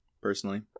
personally